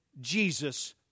Jesus